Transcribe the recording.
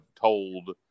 told